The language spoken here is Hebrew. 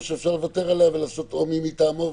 או שאפשר לוותר עליה ולעשות "מי מטעמו",